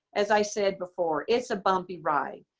as i said before, it's a bumpy ride.